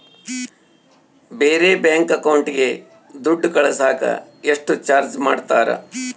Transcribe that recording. ಬೇರೆ ಬ್ಯಾಂಕ್ ಅಕೌಂಟಿಗೆ ದುಡ್ಡು ಕಳಸಾಕ ಎಷ್ಟು ಚಾರ್ಜ್ ಮಾಡತಾರ?